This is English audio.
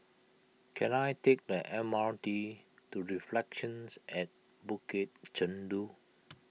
can I take the M R T to Reflections at Bukit Chandu